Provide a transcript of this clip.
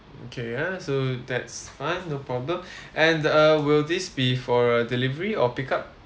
okay yeah so that's fine no problem and uh will this be for a delivery or pick up